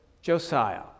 Josiah